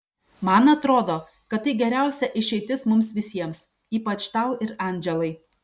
man atrodo kad tai geriausia išeitis mums visiems ypač tau ir andželai